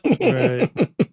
Right